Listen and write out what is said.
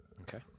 Okay